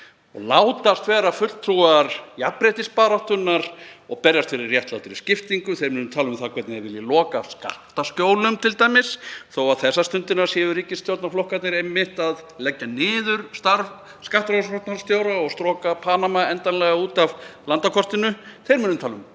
og látast vera fulltrúar jafnréttisbaráttunnar og berjast fyrir réttlátri skiptingu þegar þeir tala um það hvernig þeir vilji loka skattaskjólum þó að þessa stundina séu ríkisstjórnarflokkarnir einmitt að leggja niður starf skattrannsóknarstjóra og stroka Panama endanlega út af landakortinu. Þeir munu tala um